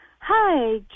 Hi